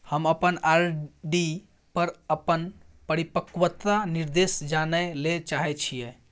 हम अपन आर.डी पर अपन परिपक्वता निर्देश जानय ले चाहय छियै